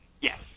Yes